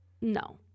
No